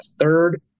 third